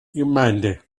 gemeinde